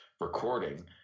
recording